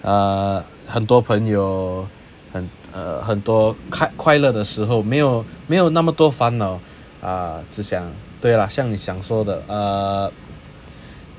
uh 很多朋友 err 很多快乐的时候没有没有那么多烦恼 ah 只想对 lah 像你讲说的